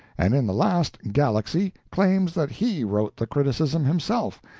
and in the last galaxy claims that he wrote the criticism himself,